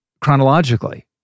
chronologically